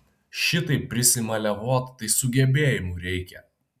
šitaip prisimaliavot tai sugebėjimų reikia